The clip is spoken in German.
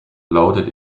lautet